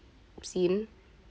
scene